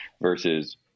versus